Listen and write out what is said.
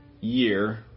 year